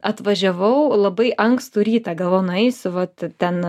atvažiavau labai ankstų rytą galvojau nueisiu vat ten